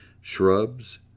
shrubs